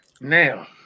Now